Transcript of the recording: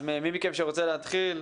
מי מכם רוצה להתחיל?